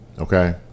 Okay